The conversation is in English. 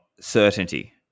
certainty